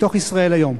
מתוך "ישראל היום":